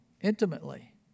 intimately